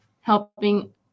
helping